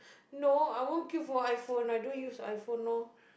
no I won't queue for iPhone I don't use iPhone loh